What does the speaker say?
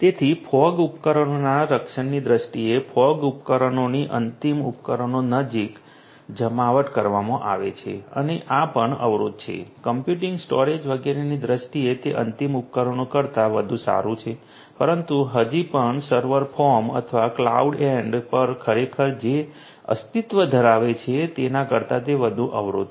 તેથી ફોગ ઉપકરણોના રક્ષણની દ્રષ્ટિએ ફોગ ઉપકરણોની અંતિમ ઉપકરણો નજીક જમાવટ કરવામાં આવે છે અને આ પણ અવરોધ છે કમ્પ્યુટિંગ સ્ટોરેજ વગેરેની દ્રષ્ટિએ તે અંતિમ ઉપકરણો કરતાં વધુ સારું છે પરંતુ હજી પણ સર્વર ફોર્મ અથવા ક્લાઉડ એન્ડ પર ખરેખર જે અસ્તિત્વ ધરાવે છે તેના કરતાં તે વધુ અવરોધ છે